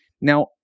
Now